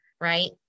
right